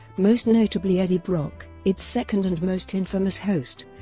most notably eddie brock, its second and most infamous host,